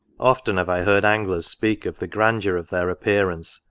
often have i heard anglers speak of the grandeur of their appearance,